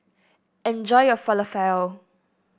enjoy your Falafel